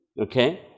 Okay